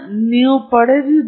ಆದ್ದರಿಂದ ನೀವು ಒಮ್ಮೆಗೆ ಕಾಣುವಿರಿ